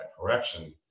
correction